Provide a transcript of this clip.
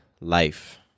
life